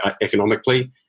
economically